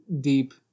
deep